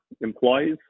employees